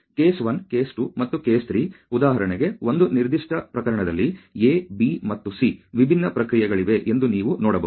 case one case two ಮತ್ತು case ಮೂರು ಉದಾಹರಣೆಗೆ ಒಂದು ನಿರ್ದಿಷ್ಟ ಪ್ರಕರಣದಲ್ಲಿ A B ಮತ್ತು C ವಿಭಿನ್ನ ಪ್ರಕ್ರಿಯೆಗಳಿವೆ ಎಂದು ನೀವು ನೋಡಬಹುದು